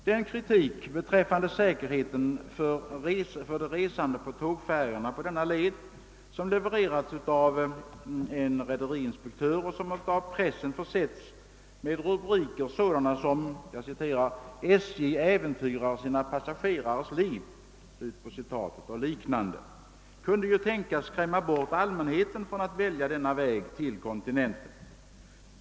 Den kritik beträffande den dåliga säkerheten för de resande på tågfärjorna på denna led som levererats av en rederiinspektör och som av pressen försetts med rubriker sådana som »SJ äventyrar sina passagerares liv» och liknande kunde tänkas skrämma allmänheten att avstå från att välja denna väg till kontinenten.